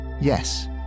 Yes